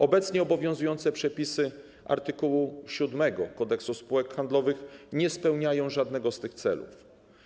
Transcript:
Obecnie obowiązujące przepisy art. 7 Kodeksu spółek handlowych nie spełniają żadnego z tych celów.